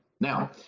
now